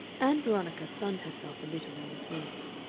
ann veronica sunned herself a little in this warmth.